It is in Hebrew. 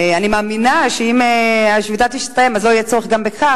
אני מאמינה שאם השביתה תסתיים אז לא יהיה צורך גם בכך,